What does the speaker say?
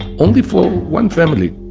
only for one family.